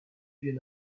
vieux